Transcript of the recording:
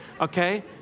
okay